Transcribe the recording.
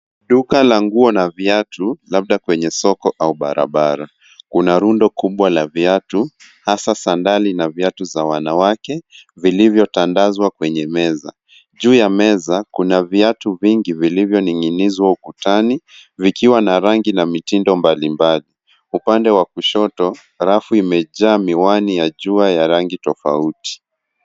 Duka la nguo na viatu labda kwenye soko au barabara. Kuna rundo kubwa la viatu hasa sandali na viatu za wanawake vilivyotangazwa kwenye meza. Juu ya meza kuna viatu vingi vilivyoningzwa ukutani vikiwa na rangi na mitindo mbalimbali. Upande wa kushoto rafu imejaa miwani ya jua ya rangi tofauti.